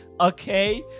okay